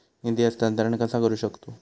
निधी हस्तांतर कसा करू शकतू?